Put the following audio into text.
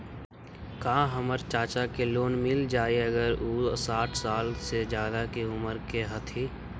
का हमर चाचा के लोन मिल जाई अगर उ साठ साल से ज्यादा के उमर के हथी?